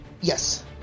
Yes